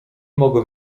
mogę